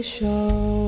Show